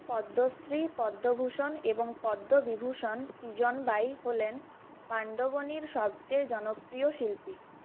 পদ্মশ্রী পদ্মভূষণ এবং পদ্মবিভূষণ তিজন বাই হলেন পাণ্ডবনীর সবচেয়ে জনপ্রিয় শিল্পী